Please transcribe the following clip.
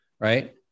right